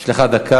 יש לך דקה.